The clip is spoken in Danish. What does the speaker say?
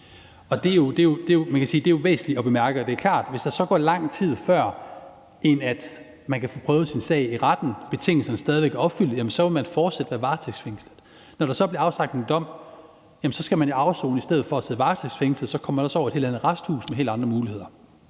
Det er jo væsentligt at bemærke. Det er klart, at hvis der så går lang tid, før man kan få prøvet sin sag ved retten, og betingelserne stadig væk er opfyldt, så vil man fortsat være varetægtsfængslet. Når der så bliver afsagt en dom, skal man jo afsone i stedet for at sidde varetægtsfængslet. Så kommer man også over i et helt andet arresthus med helt andre muligheder.